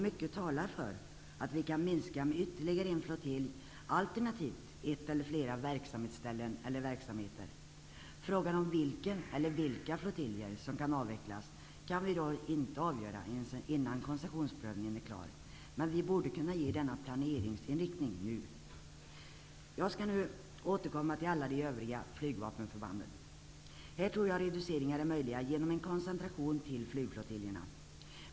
Mycket talar för att vi kan minska med ytterligare en flottilj, alternativt ett eller flera verksamhetsställen eller verksamheter. Frågan om vilken eller vilka flottiljer som kan avvecklas kan vi dock inte avgöra innan koncessionsprövningen är klar. Men vi bör ge denna planeringsinriktning nu. Jag skall nu återkomma till alla de övriga flygvapenförbanden. Jag tror att reduceringar är möjliga genom en koncentration till flygflottiljerna.